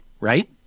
right